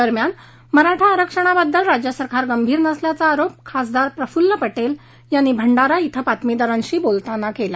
दरम्यान मराठा आरक्षणाबाबत राज्य सरकार गंभीर नसल्याचा आरोप खासदार प्रफूल्ल पटेल यांनी भंडारा इथं बातमीदारांशी बोलताना केला